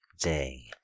Day